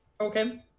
Okay